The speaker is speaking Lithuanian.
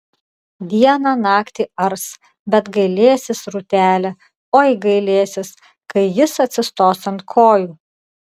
dieną naktį ars bet gailėsis rūtelė oi gailėsis kai jis atsistos ant kojų